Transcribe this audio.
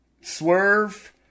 Swerve